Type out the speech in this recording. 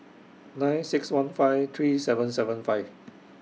nine six one five three seven seven five